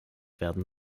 werden